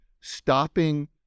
stopping